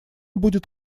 будет